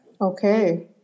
Okay